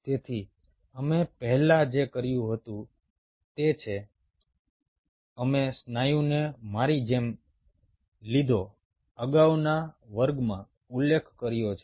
તેથી અમે પહેલા જે કર્યું તે છે અમે સ્નાયુને મારી જેમ લીધો અગાઉના વર્ગમાં ઉલ્લેખ કર્યો છે